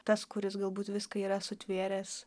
tas kuris galbūt viską yra sutvėręs